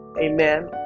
Amen